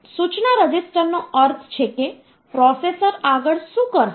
સૂચના રજીસ્ટરનો અર્થ છે કે પ્રોસેસર આગળ શું કરશે